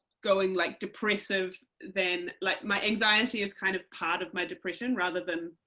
going like depressive then like my anxiety is kind of part of my depression rather than,